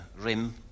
rim